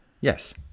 Yes